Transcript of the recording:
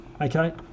Okay